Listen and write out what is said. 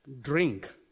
Drink